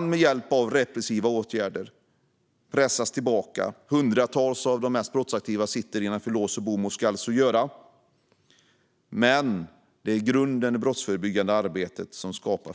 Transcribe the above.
Med repressiva åtgärder kan vi pressa tillbaka. Hundratals av de mest brottsaktiva sitter bakom lås och bom och ska så göra. Men grunden är det brottsförebyggande arbetet. Det